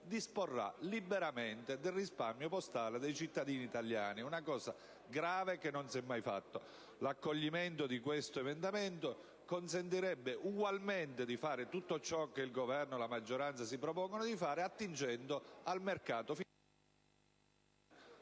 disporre liberamente del risparmio postale dei cittadini italiani. È una cosa grave, che non si è mai fatta. L'accoglimento di questo emendamento consentirebbe ugualmente di fare tutto ciò che il Governo e la maggioranza si propongono di fare, ricorrendo però al mercato